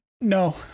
No